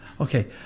Okay